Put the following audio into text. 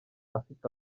afite